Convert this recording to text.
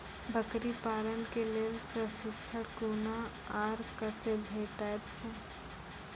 बकरी पालन के लेल प्रशिक्षण कूना आर कते भेटैत छै?